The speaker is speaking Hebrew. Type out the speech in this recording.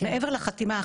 מעבר לחתימה,